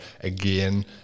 again